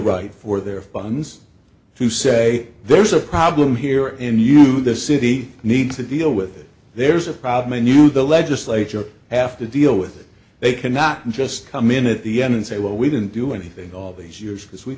right for their funds to say there's a problem here and you the city needs to deal with it there's a problem i knew the legislature have to deal with it they cannot just come in at the end and say well we didn't do anything all these years because we